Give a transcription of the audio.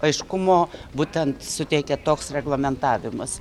aiškumo būtent suteikia toks reglamentavimas